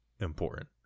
important